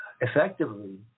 effectively